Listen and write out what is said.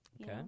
Okay